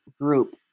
group